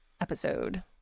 episode